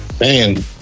man